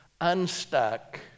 unstuck